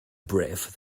brief